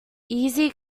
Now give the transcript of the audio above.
easy